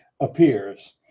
appears